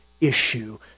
issue